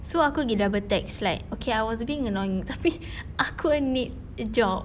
so aku pergi double text like okay I was being annoying tapi aku need a job